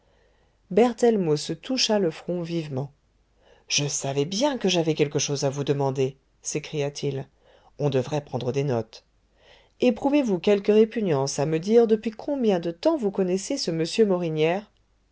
berthellemot se toucha le front vivement je savais bien que j'avais quelque chose à vous demander s'écria-t-il on devrait prendre des notes eprouvez vous quelque répugnance à me dire depuis combien de temps vous connaissez ce m morinière